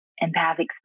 empathic